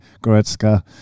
Goretzka